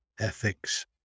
ethics